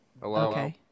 Hello